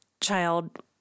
Child